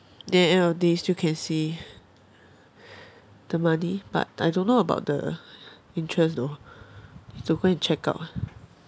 then end of the day you still can see the money but I don't know about the interest though have to go and check out